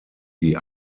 sie